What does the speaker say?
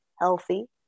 healthy